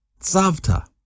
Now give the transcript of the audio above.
Zavta